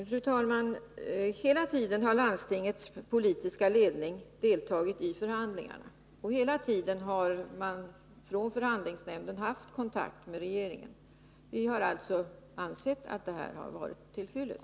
Fru talman! Hela tiden har landstingets politiska ledning deltagit i förhandlingarna, och hela tiden har förhandlingsnämnden haft kontakt med regeringen. Vi har alltså ansett att detta varit till fyllest.